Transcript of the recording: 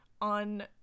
on